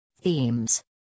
Themes